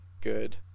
good